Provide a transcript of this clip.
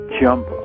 jump